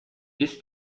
ist